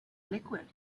liquid